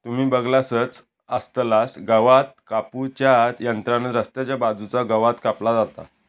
तुम्ही बगलासच आसतलास गवात कापू च्या यंत्रान रस्त्याच्या बाजूचा गवात कापला जाता